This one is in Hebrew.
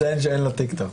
יש לציין שאין לה טיק-טוק.